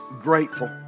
grateful